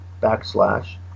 backslash